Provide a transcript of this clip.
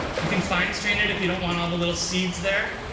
you can fine strain it, if you don't want all the little seeds there.